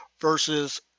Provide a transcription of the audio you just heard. versus